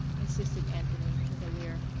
insisted anthony with a leer.